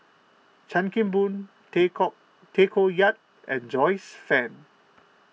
Chan Kim Boon Tay Koh Tay Koh Yat and Joyce Fan